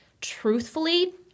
truthfully